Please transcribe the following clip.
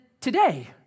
today